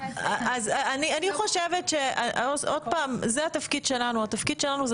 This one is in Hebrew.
זה התפקיד שלנו,